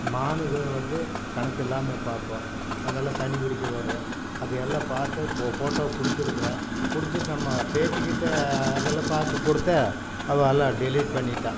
மானுகள் வந்து கணக்கு இல்லாமல் பார்ப்போம் அங்கெல்லாம் தண்ணி குடிக்க வரும் அதையெல்லாம் பார்க்க போட்டோ பிடுச்சிருக்குறேன் புடுச்சு நம்ம பேத்திக்கிட்ட அதெல்லாம் பார்க்க கொடுத்தேன் அவள் எல்லாம் டெலீட் பண்ணிட்டாள்